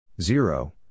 zero